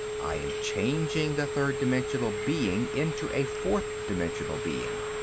i am changing the third-dimensional being into a fourth-dimensional being.